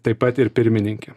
taip pat ir pirmininkė